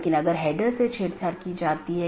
जिसके माध्यम से AS hops लेता है